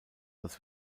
das